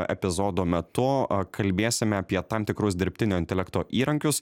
epizodo metu a kalbėsime apie tam tikrus dirbtinio intelekto įrankius